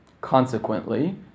Consequently